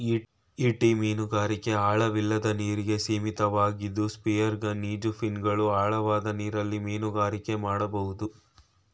ಈಟಿ ಮೀನುಗಾರಿಕೆ ಆಳವಿಲ್ಲದ ನೀರಿಗೆ ಸೀಮಿತವಾಗಿದ್ದು ಸ್ಪಿಯರ್ಗನ್ ಈಜುಫಿನ್ಗಳು ಆಳವಾದ ನೀರಲ್ಲಿ ಮೀನುಗಾರಿಕೆ ಮಾಡ್ಬೋದು